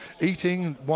eating